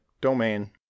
domain